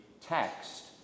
text